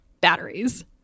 batteries